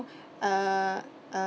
uh uh